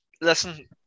listen